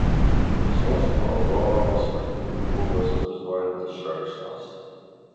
šviesos šou dovanos fakyrų klubas liepsnojantis šerkšnas